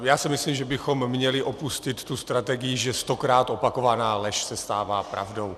Já si myslím, že bychom měli opustit tu strategii, že stokrát opakovaná lež se stává pravdou.